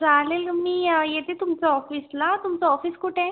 चालेल मी येते तुमचं ऑफिसला तुमचं ऑफिस कुठे आहे